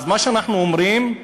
אז מה שאנחנו אומרים,